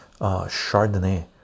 Chardonnay